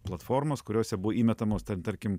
platformos kuriose buvo įmetamos ten tarkim